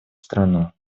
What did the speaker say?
страну